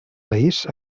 país